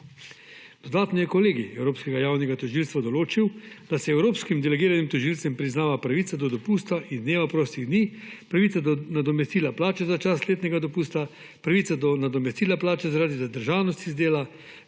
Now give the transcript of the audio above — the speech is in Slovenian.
Dodatno je kolegij Evropskega javnega tožilstva določil, da se je evropskim delegiranim tožilcev priznava pravica do dopusta in dneva prostih dni, pravica do nadomestila plače za čas letnega dopusta, pravica do nadomestila plače zaradi zadržanosti z dela